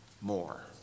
more